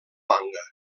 manga